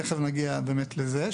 תכף נגיע לזה.